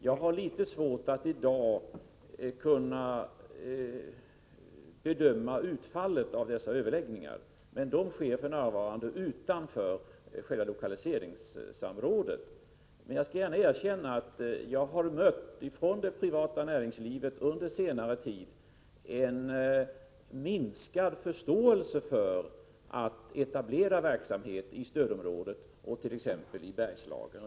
Jag har litet svårt att i dag bedöma utfallet av dessa överläggningar, men de sker för närvarande utanför själva lokaliseringssamrådet. Jag skall gärna erkänna att jag under senare tid från det privata näringslivet har mött en minskad förståelse för att etablera verksamhet i stödområdet, t.ex. i Bergslagen.